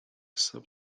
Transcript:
sub